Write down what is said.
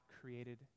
created